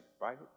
right